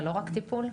ולא רק טיפול?